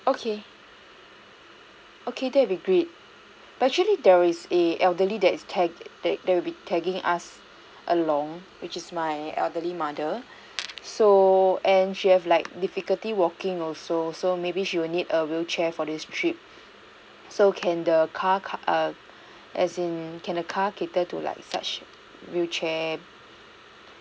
okay okay that will be great but actually there is a elderly that is tag that that will be tagging us along which is my elderly mother so and she have like difficulty walking also so maybe she will need a wheelchair for this trip so can the car err as in can the car cater to like such wheelchair